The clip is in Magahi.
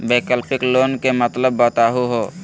वैकल्पिक लोन के मतलब बताहु हो?